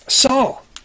Saul